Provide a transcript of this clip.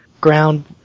ground